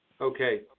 Okay